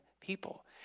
people